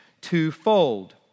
twofold